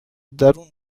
درون